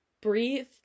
breathe